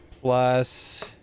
plus